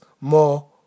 more